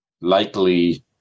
likely